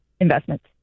Investments